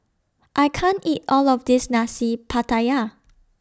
I can't eat All of This Nasi Pattaya